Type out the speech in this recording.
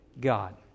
God